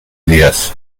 días